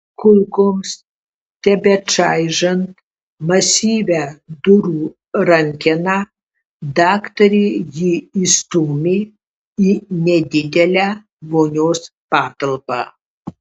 kulkoms tebečaižant masyvią durų rankeną daktarė jį įstūmė į nedidelę vonios patalpą